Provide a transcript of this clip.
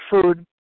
food